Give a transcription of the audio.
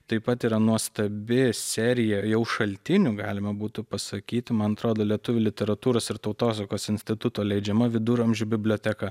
taip pat yra nuostabi serija jau šaltinių galima būtų pasakyti man atrodo lietuvių literatūros ir tautosakos instituto leidžiama viduramžių biblioteka